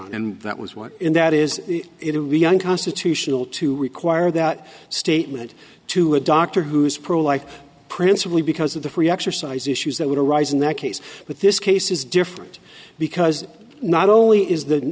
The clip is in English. and that was what and that is it would be unconstitutional to require that statement to a doctor who is pro life principally because of the free exercise issues that would arise in that case but this case is different because not only is the